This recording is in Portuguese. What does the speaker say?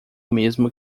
mesmo